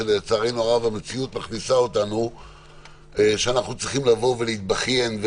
כשלצערנו הרב המציאות מכניסה אותנו למצב שאנחנו צריכים לבוא ולהתבכיין,